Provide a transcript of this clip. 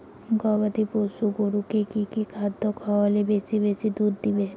গবাদি পশু গরুকে কী কী খাদ্য খাওয়ালে বেশী বেশী করে দুধ দিবে?